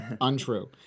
untrue